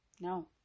No